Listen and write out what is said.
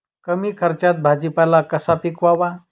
कमी खर्चात भाजीपाला कसा पिकवावा?